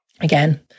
Again